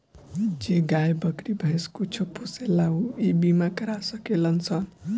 जे गाय, बकरी, भैंस कुछो पोसेला ऊ इ बीमा करा सकेलन सन